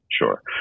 Sure